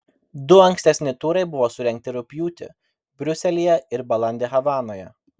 du ankstesni turai buvo surengti rugpjūtį briuselyje ir balandį havanoje